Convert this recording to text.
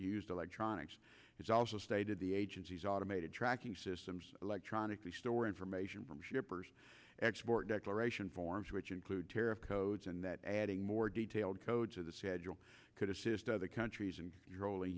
used electronics has also stated the agency's automated tracking systems electronically store information from shippers export declaration forms which include tariff codes and that adding more detailed code to the schedule could assist other countries and